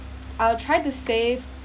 I'll try to save